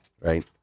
Right